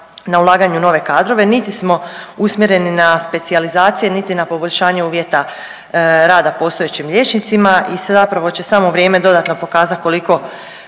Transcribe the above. na ulaganju u nove kadrove, niti smo usmjereni na specijalizacije niti na poboljšanje uvjeta rada postojećim liječnicima. I zapravo će samo vrije dodatno pokazat koliko